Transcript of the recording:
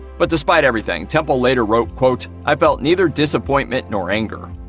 but despite everything, temple later wrote, quote, i felt neither disappointment nor anger.